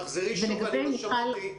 תחזרי שוב על השאלה.